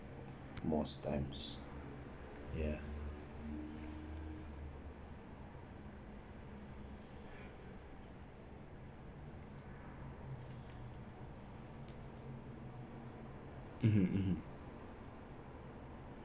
most times ya (uh huh)